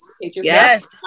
yes